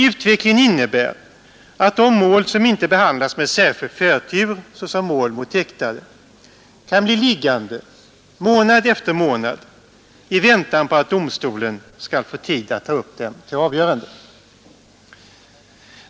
Utvecklingen innebär att de mål som inte behandlas med särskild förtur, såsom mål mot häktade, kan bli liggande månad efter månad i väntan på att domstolen skall få tid att ta upp dem till avgörande.